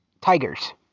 Tigers